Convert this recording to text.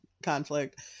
conflict